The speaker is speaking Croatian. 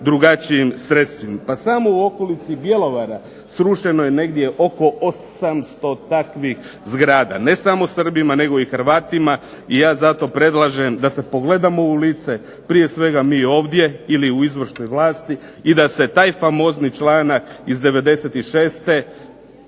drugačijim sredstvima. Pa samo u okolici Bjelovara srušeno je negdje oko 800 takvih zgrada, ne samo Srbima nego i Hrvatima i ja zato predlažem da se pogledamo u lice, prije svega mi ovdje ili u izvršnoj vlasti i da se taj famozni članak iz '96.,